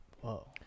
whoa